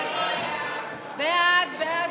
ההסתייגות של סיעת המחנה הציוני (יחיאל חיליק בר) לסעיף תקציבי 42,